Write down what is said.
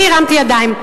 אני הרמתי ידיים,